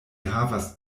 havas